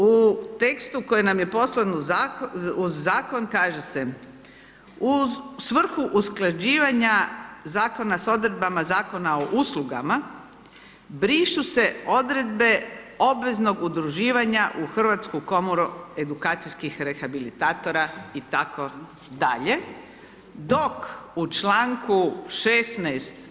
U tekstu koji nam je poslan uz Zakon kaže se, u svrhu usklađivanja Zakona s odredbama Zakona o uslugama, brišu se odredbe obveznog udruživanja u Hrvatsku komoru edukacijskih rehabilitatora itd., dok u čl. 16.